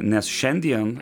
nes šiandien